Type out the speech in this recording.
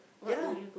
ya lah